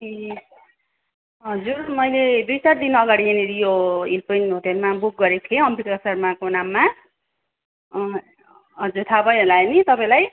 ए हजुर मैले दुई चार दिन अगाडि यो हिल पोइन्ट होटलमा बुक गरेको थिएँ अमृता शर्माको नाममा हजुर थाहा भयो होला नि तपाईँलाई